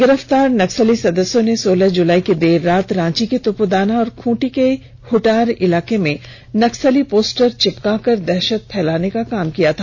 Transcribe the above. गिरफ्तर नक्सली सदस्यों ने सोलह जुलाई की देर रात रांची के तुपुदाना और खूंटी के हुटार इलाके में नक्सली पोस्टर चिपका कर दहशत फैलाने का काम किया था